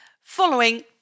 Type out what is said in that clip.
following